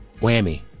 Whammy